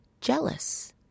Jealous